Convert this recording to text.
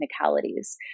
technicalities